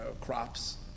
crops